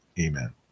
Amen